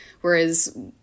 whereas